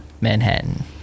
Manhattan